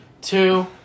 two